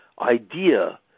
idea